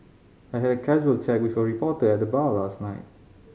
I had a casual chat with a reporter at the bar last night